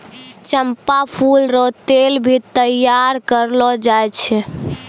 चंपा फूल रो तेल भी तैयार करलो जाय छै